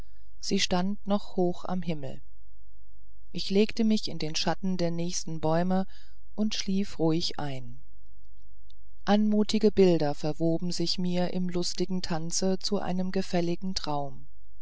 sie stand noch hoch am himmel ich legte mich in den schatten der nächsten bäume und schlief ruhig ein anmutige bilder verwoben sich mir im luftigen tanze zu einem gefälligen traum